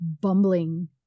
bumbling